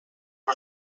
her